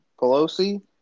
Pelosi